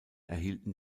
erhielten